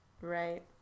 Right